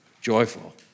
joyful